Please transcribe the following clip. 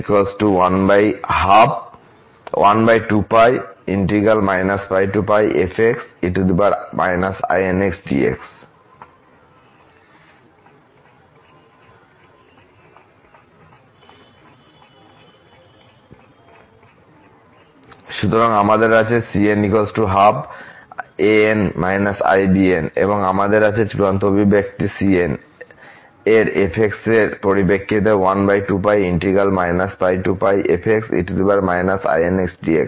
সুতরাং আমাদের আছেcn12 an−i bn এবং আমাদের আছে চূড়ান্ত অভিব্যক্তি cn এর f এর পরিপ্রেক্ষিতে